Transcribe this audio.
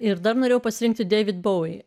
ir dar norėjau pasirinkti david bowie